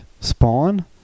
Spawn